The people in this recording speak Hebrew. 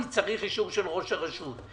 נצטרך אישור של ראש הרשות,